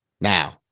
Now